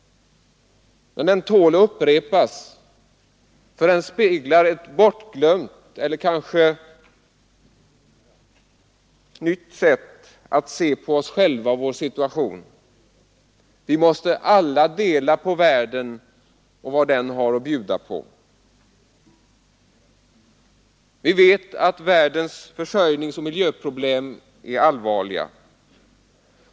Men den tål att upprepas, för den speglar ett nytt eller kanske bortglömt sätt att se på oss själva och vår situation. Vi måste alla dela på världen och vad den har att bjuda på. Vi vet att världens försörjningsoch miljöproblem är allvarliga.